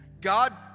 God